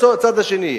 איפה הצד השני?